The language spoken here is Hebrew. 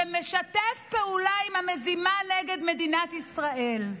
שמשתף פעולה עם המזימה נגד מדינת ישראל.